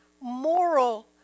moral